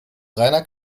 reiner